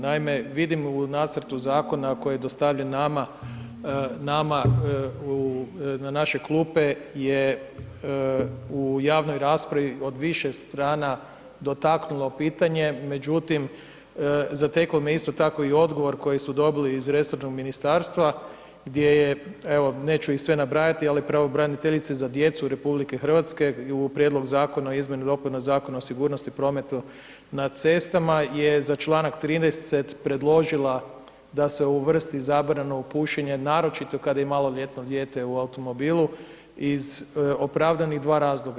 Naime, vidim u nacrtu zakona koji je dostavljen nama, nama u, na naše klupe je u javnoj raspravi od više strana dotaknulo pitanje, međutim zateklo me isto tako i odgovor koji su dobili iz resornog ministarstva, gdje je evo neću ih sve nabrajati, ali pravobraniteljici za djecu RH u Prijedlog Zakona o izmjeni i dopuni Zakona o sigurnosti prometa na cestama je za Članak 30. predložila da se uvrsti zabranu pušenja naročito kada je maloljetno dijete u automobilu iz opravdanih 2 razloga.